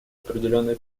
определенные